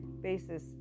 basis